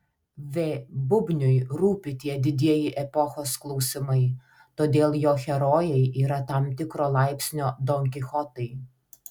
v bubniui rūpi tie didieji epochos klausimai todėl jo herojai yra tam tikro laipsnio donkichotai